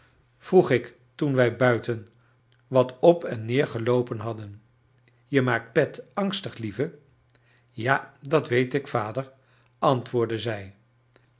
vroeg ik toen wij buiten wat op en neer geloopen hadden je maakt pet angstig lieve ja dat weet ik vader antwoordde zij